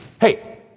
hey